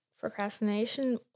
procrastination